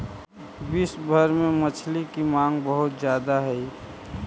विश्व भर में मछली की मांग बहुत ज्यादा हई